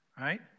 right